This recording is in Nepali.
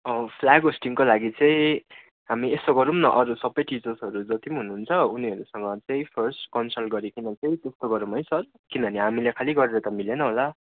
फ्ल्याग होस्टिङको लागि चाहिँ हामी यसो गरौँ न अरू सबै टिचर्सहरू जति पनि हुनुहुन्छ उनीहरूसँग चाहिँ फर्स्ट कनसल्ट गरिकन चाहिँ त्यस्तो गरौँ है सर किनभने हामीले खालि गरेर त मिलेन होला